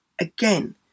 Again